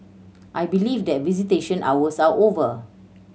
I believe that visitation hours are over